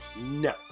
No